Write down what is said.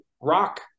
rock